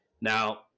Now